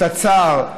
את הצער,